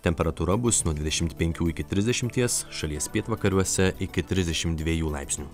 temperatūra bus nuo dvidešimt penkių iki trisdešimties šalies pietvakariuose iki trisdešimt dviejų laipsnių